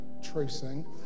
tracing